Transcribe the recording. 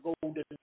golden